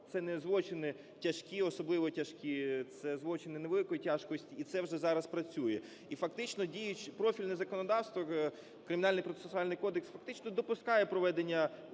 Це не злочини тяжкі, особливо тяжкі, це злочини невеликої тяжкості, і це вже зараз працює. І фактично профільне законодавство, Кримінальний процесуальний кодекс, фактично допускає проведення